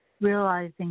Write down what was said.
realizing